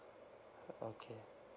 okay